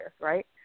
right